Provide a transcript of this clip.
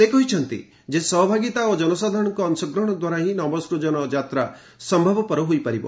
ସେ କହିଛନ୍ତି ଯେ ସହଭାଗିତା ଓ ଜନସାଧାରଣଙ୍କ ଅଶଗ୍ରହଣ ଦ୍ୱାରା ହିଁ ନବସ୍କଜନ ଯାତ୍ରା ସମ୍ଭବ ହୋଇପାରିବ